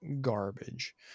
garbage